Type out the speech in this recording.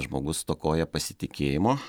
žmogus stokoja pasitikėjimo